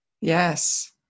yes